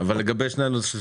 מה לגבי השניים האחרים?